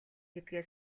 гэдгээ